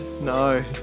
no